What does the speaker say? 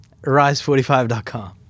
rise45.com